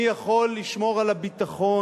מי יכול לשמור על הביטחון,